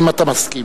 אם אתה מסכים.